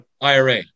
IRA